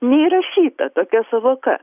neįrašyta tokia sąvoka